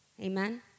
Amen